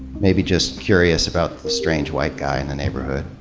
maybe just curious about the strange white guy in the neighborhood.